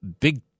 big